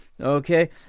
Okay